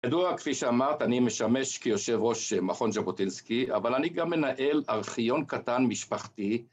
כידוע, כפי שאמרת, אני משמש כיושב ראש מכון ז'בוטינסקי, אבל אני גם מנהל ארכיון קטן, משפחתי.